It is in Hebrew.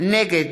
נגד